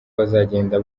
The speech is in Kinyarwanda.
bazagenda